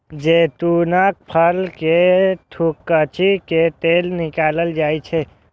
जैतूनक फल कें थकुचि कें तेल निकालल जाइ छै